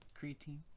creatine